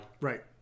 right